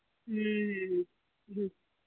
ᱦᱮᱸ ᱦᱮᱸ ᱦᱮᱸ ᱦᱮᱸ